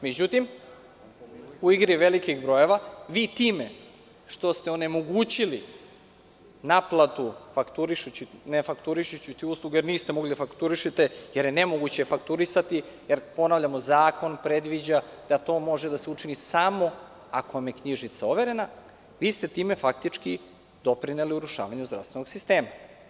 Međutim, u igri velikih brojeva, time što ste onemogućili naplatu ne fakturišući tu slugu, a niste mogli da fakturišete jer je nemoguće fakturisati, jer, ponavljamo, zakon predviđa da to može da se učini samo ako vam je knjižica overena, vi ste time faktički doprineli urušavanju zdravstvenog sistema.